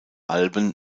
alben